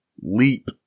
leap